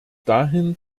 dahin